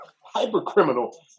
hyper-criminal